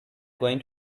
going